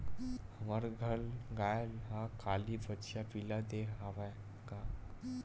हमर घर गाय ह काली बछिया पिला दे हवय गा